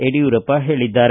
ಯಡಿಯೂರಪ್ಪ ಹೇಳಿದ್ದಾರೆ